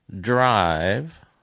drive